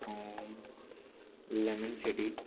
அப்புறம் லெமன் செடி